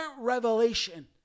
revelation